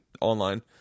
online